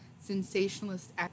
sensationalist